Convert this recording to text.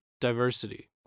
diversity